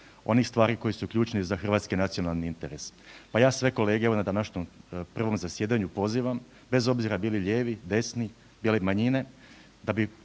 onih stvari koje su ključne za hrvatski nacionalni interes. Pa ja sve kolege evo na današnjem prvom zasjedanju pozivam, bez obzira bili lijevi, desni ili manjine,